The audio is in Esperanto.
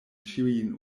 ĉiujn